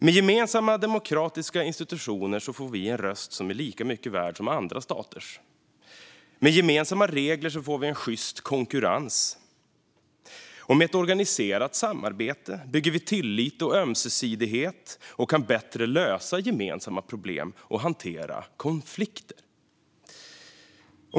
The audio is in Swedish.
Med gemensamma demokratiska institutioner får vi en röst som är lika mycket värd som andra staters. Med gemensamma regler får vi en sjyst konkurrens. Och med ett organiserat samarbete bygger vi tillit och ömsesidighet och kan bättre lösa gemensamma problem och hantera konflikter.